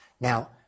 Now